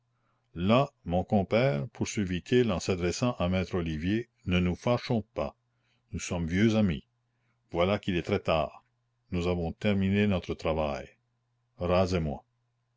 là mon compère poursuivit-il en s'adressant à maître olivier ne nous fâchons pas nous sommes vieux amis voilà qu'il est très tard nous avons terminé notre travail rasez moi